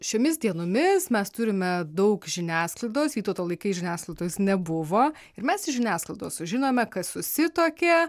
šiomis dienomis mes turime daug žiniasklaidos vytauto laikais žiniasklaidos nebuvo ir mes iš žiniasklaidos sužinome kas susituokė